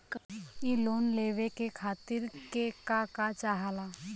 इ लोन के लेवे खातीर के का का चाहा ला?